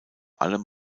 allem